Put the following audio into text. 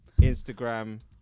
Instagram